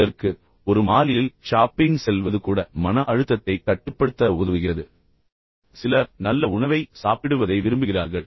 சிலருக்கு ஒரு மாலில் ஷாப்பிங் செல்வது கூட மன அழுத்தத்தை கட்டுப்படுத்த உதவுகிறது மேலும் சிலர் நல்ல உணவை சாப்பிடுவதை விரும்புகிறார்கள்